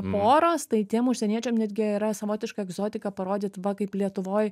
poros tai tiem užsieniečiam netgi yra savotiška egzotika parodyt va kaip lietuvoj